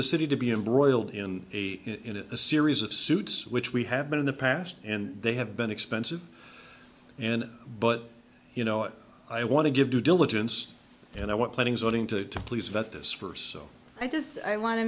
the city to be embroiled in a in a series of suits which we have been in the past and they have been expensive and but you know i want to give due diligence and i want planning zoning to please vet this first so i just i want to